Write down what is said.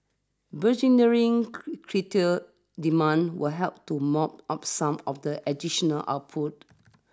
burgeoning crude demand will help to mop up some of the additional output